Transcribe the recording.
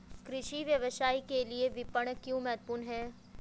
कृषि व्यवसाय के लिए विपणन क्यों महत्वपूर्ण है?